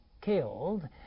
killed